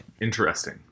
Interesting